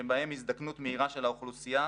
שבהם הזדקנות מהירה של האוכלוסייה,